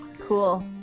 Cool